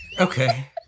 Okay